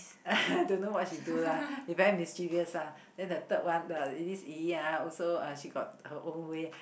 don't know what she do lah he very mischievous one then the third one who is Yi yi ah also uh she got her own way